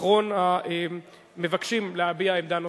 אחרון המבקשים להביע עמדה נוספת.